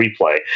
replay